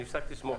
אני הפסקתי לסמוך.